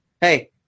Hey